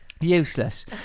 useless